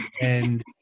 and-